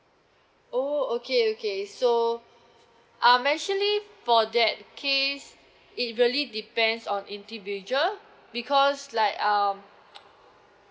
oh okay okay so I'm actually for that case it really depends on individual because like um